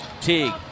Teague